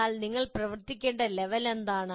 എന്നാൽ നിങ്ങൾ പ്രവർത്തിക്കേണ്ട ലെവൽ എന്താണ്